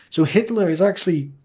so hitler is actually.